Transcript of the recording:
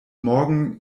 morgen